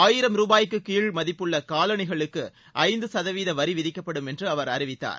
ஆயிரம் ரூபாய்க்கு கீழ் மதிப்புள்ள காலணிகளுக்கு ஐந்து சதவீத வரி விதிக்கப்படும் என்று அவர் அறிவித்தார்